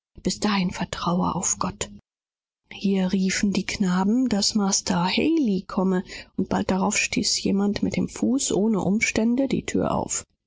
bis dahin vertraue auf gott hier riefen plötzlich die knaben daß master haley komme und unmittelbar darauf flog durch einen sehr unceremoniösen stoß die thür auf